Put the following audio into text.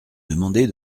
demandé